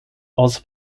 also